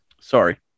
Sorry